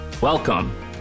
Welcome